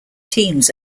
teams